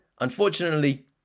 unfortunately